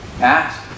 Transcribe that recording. ask